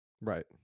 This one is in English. Right